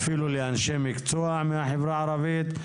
אפילו לאנשי מקצוע מהחברה הערבית,